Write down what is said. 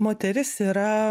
moteris yra